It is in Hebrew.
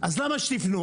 אז למה שתפנו?